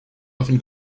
often